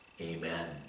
Amen